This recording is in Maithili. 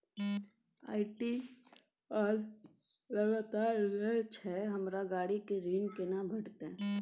आई.टी.आर लगातार नय छै हमरा गाड़ी के ऋण केना भेटतै?